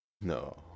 No